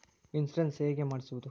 Insurance ಹೇಗೆ ಮಾಡಿಸುವುದು?